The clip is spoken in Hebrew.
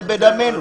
זה בדמנו.